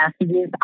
messages